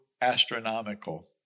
astronomical